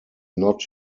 not